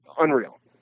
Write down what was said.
unreal